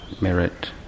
merit